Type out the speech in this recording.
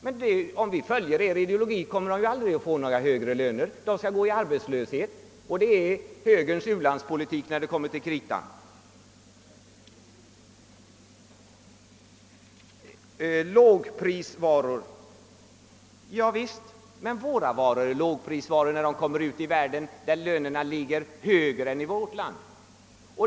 Men om vi följer er ideologi, kommer de ju aldrig att få några högre löner. De får då gå arbetslösa. Är detta högerns u-landspolitik, när det kommer till kritan? Här har talats om lågprisvaror. Javisst, men våra varor är lågprisvaror, när de kommer ut i världen till länder, där lönerna ligger högre än i vårt land.